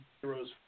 heroes